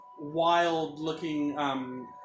wild-looking